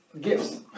gifts